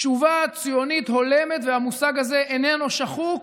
תשובה ציונית הולמת, והמושג הזה איננו שחוק.